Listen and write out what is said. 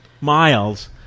Miles